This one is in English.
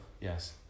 Yes